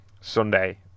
Sunday